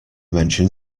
mention